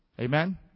Amen